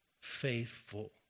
faithful